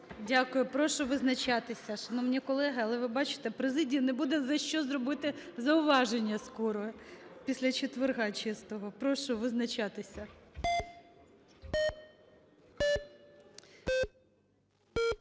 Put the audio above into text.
Дякую. Прошу визначатися, шановні колеги. Але ви бачите, президії не буде за що зробити зауваження скоро після четверга Чистого. Прошу визначатися.